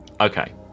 okay